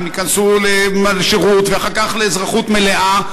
ייכנסו לשירות ואחר כך לאזרחות מלאה,